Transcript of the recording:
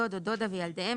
דוד או דודה וילדיהם,